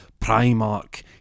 Primark